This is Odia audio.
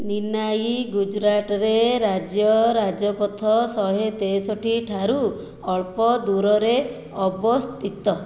ନିନାଇ ଗୁଜରାଟରେ ରାଜ୍ୟ ରାଜପଥ ଶହେ ତେଷଠି ଠାରୁ ଅଳ୍ପ ଦୂରରେ ଅବସ୍ଥିତ